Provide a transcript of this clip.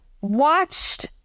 watched